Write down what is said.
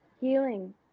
healing